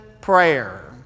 prayer